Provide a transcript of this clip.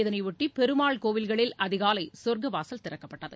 இதனையொட்டி பெருமாள் கோவில்களில் அதிகாலை சொர்க்கவாசல் திறக்கப்பட்டது